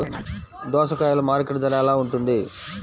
దోసకాయలు మార్కెట్ ధర ఎలా ఉంటుంది?